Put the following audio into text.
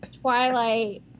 Twilight